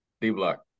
D-block